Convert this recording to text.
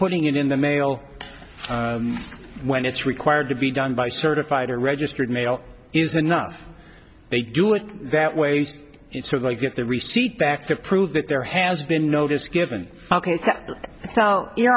putting it in the mail when it's required to be done by certified or registered mail is enough they do it that way it's sort of like get the receipt back to prove that there has been notice given